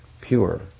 pure